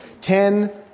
ten